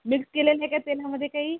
mix केलेलं आहे का तेलामध्ये काही